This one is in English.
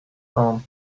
down